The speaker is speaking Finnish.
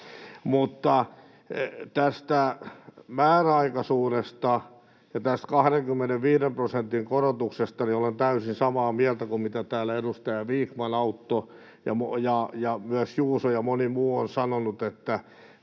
tästä määräaikaisuudesta ja tästä 25 prosentin korotuksesta olen täysin samaa mieltä kuin mitä täällä edustajat Vikman, Autto ja myös Juuso ja moni muu ovat sanoneet, että